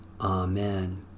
Amen